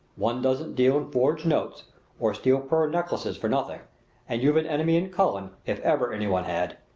one doesn't deal in forged notes or steal pearl necklaces for nothing and you've an enemy in cullen if ever any one had.